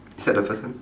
is that the first one